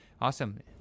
awesome